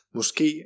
Måske